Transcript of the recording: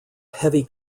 heavy